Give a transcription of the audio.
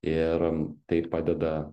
ir tai padeda